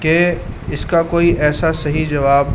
کہ اس کا کوئی ایسا صحیح جواب